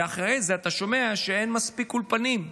ואחרי זה אתה שומע שאין מספיק אולפנים.